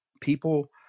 people